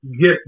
Get